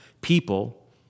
people